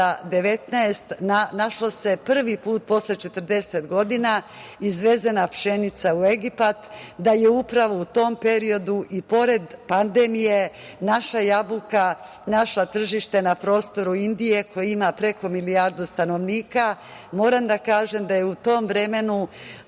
Kovida-19 prvi put posle 40 godina izvezena naša pšenica u Egipat, da je upravo u tom periodu i pored pandemije naša jabuka našla tržište na prostoru Indije, koja ima preko milijardu stanovnika. Moram da kažem da se u to vreme